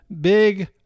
big